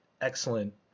excellent